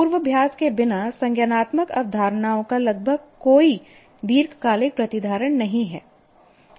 पूर्वाभ्यास के बिना संज्ञानात्मक अवधारणाओं का लगभग कोई दीर्घकालिक प्रतिधारण नहीं है